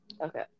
Okay